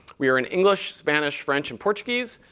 we are in english, spanish, french, and portuguese.